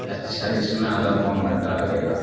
اچھا اس میں آدھا پون گھنٹہ لگے گا